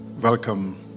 Welcome